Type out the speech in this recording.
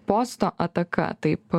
posto ataka taip